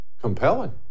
Compelling